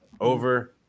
over